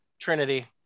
Trinity